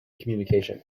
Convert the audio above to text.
communication